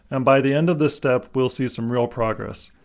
and by the end of this step we'll see some real progress.